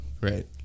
right